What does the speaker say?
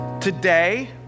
today